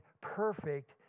perfect